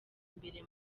imbere